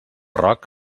roc